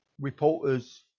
reporters